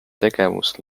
tegevus